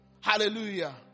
Hallelujah